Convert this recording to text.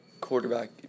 quarterback